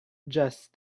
just